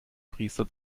priester